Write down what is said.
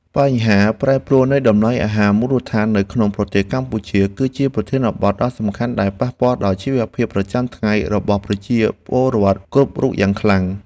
បញ្ហាប្រែប្រួលនៃតម្លៃអាហារមូលដ្ឋាននៅក្នុងប្រទេសកម្ពុជា គឺជាប្រធានបទដ៏សំខាន់ដែលប៉ះពាល់ដល់ជីវភាពប្រចាំថ្ងៃរបស់ប្រជាពលរដ្ឋគ្រប់រូបយ៉ាងខ្លាំង។